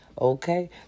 Okay